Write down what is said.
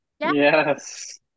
Yes